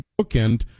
bookend